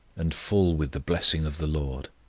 and full with the blessing of the lord.